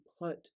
put